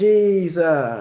Jesus